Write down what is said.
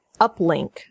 Uplink